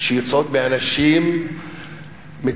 שיוצאות מאנשים מתוסכלים,